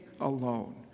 alone